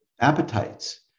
appetites